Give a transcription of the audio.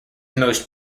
most